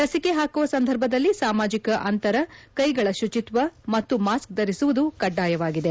ಲಸಿಕೆ ಹಾಕುವ ಸಂದರ್ಭದಲ್ಲಿ ಸಾಮಾಜಿಕ ಅಂತರ ಕ್ಷೆಗಳ ಶುಚಿತ್ತ ಮತ್ತು ಮಾಸ್ತ್ ಧರಿಸುವುದು ಕಡ್ಡಾಯವಾಗಿದೆ